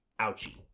ouchie